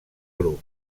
grup